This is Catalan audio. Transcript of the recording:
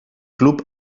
club